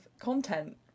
content